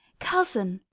cousin!